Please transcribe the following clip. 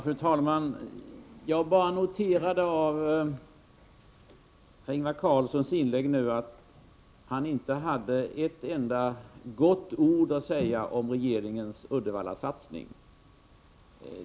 Fru talman! Jag noterade i Ingvar Karlssons i Bengtsfors inlägg nyss, att han inte hade ett enda gott ord att säga om regeringens Uddevallasatsning.